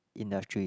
industry